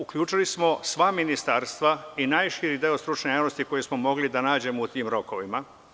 Uključili smo sva ministarstva i najširi deo stručne javnosti koji smo mogli da nađemo u tim rokovima.